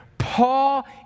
Paul